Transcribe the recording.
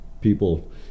people